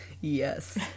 yes